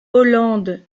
hollande